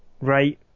right